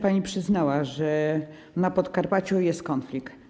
Pani przyznała, że na Podkarpaciu jest konflikt.